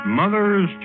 Mother's